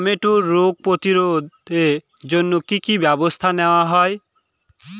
টমেটোর রোগ প্রতিরোধে জন্য কি কী ব্যবস্থা নেওয়া হয়?